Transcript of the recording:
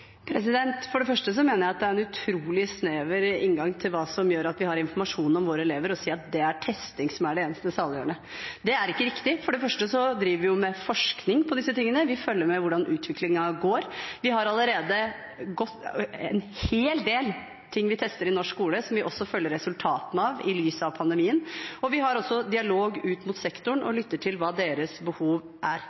For det første mener jeg at det er en utrolig snever inngang til hva som gjør at vi har informasjon om våre elever, å si at testing er det eneste saliggjørende. Det er ikke riktig. For det første driver vi med forskning på disse tingene, vi følger med på hvordan utviklingen går. Vi har allerede en hel del ting vi tester i norsk skole, som vi følger resultatene av i lys av pandemien. Vi har også dialog ut mot sektoren og lytter til hva deres behov er.